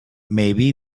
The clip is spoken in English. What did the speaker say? maybe